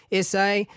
SA